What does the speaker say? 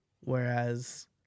whereas